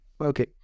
okay